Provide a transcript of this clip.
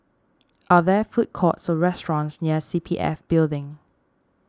are there food courts or restaurants near C P F Building